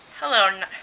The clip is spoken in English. Hello